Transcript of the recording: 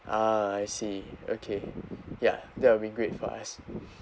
ah I see okay ya that will be great for us